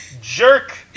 jerk